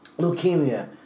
leukemia